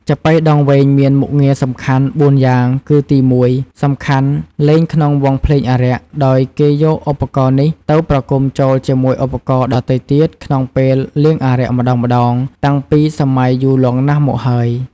ចាប៉ីដងវែងមានមុខងារសំខាន់ ៤យ៉ាងគឺ ទី១ សំខាន់លេងក្នុងវង់ភ្លេងអារក្ស ដោយគេយកឧបករណ៍នេះទៅប្រគំចូលជាមួយឧបករណ៍ដទៃទៀតក្នុងពេលលៀងអារក្សម្ដងៗ តាំងពីសម័យយូរលង់ណាស់មកហើយ។